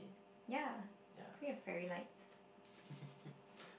ya